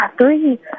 three